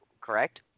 Correct